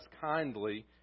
kindly